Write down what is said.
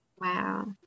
Wow